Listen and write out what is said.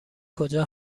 کجا